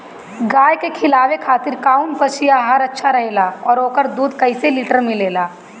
गाय के खिलावे खातिर काउन पशु आहार अच्छा रहेला और ओकर दुध कइसे लीटर मिलेला?